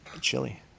Chili